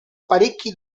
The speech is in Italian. parecchi